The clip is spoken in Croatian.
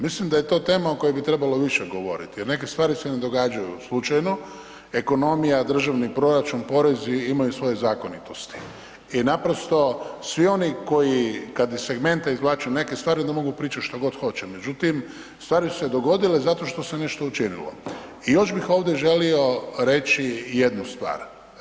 Mislim da je to tema o kojoj bi trebalo više govoriti jer neke stvari se ne događaju slučajno, ekonomija, državni proračun, porezi imaju svoje zakonitosti i naprosto svi oni koji kada iz segmenta izvlače neke stvari onda mogu pričat što god hoće međutim, stvari su se dogodile zato što se nešto učinilo i još bih ovdje želio reći jednu stvar.